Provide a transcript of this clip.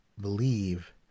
believe